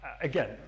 again